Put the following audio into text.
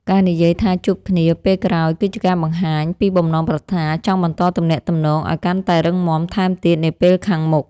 ការនិយាយថាជួបគ្នាពេលក្រោយគឺជាការបង្ហាញពីបំណងប្រាថ្នាចង់បន្តទំនាក់ទំនងឱ្យកាន់តែរឹងមាំថែមទៀតនាពេលខាងមុខ។